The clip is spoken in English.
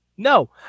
No